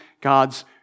God's